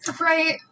right